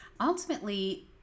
ultimately